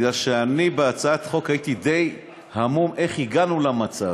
כי אני בהצעת החוק הייתי די המום איך הגענו למצב.